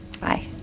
bye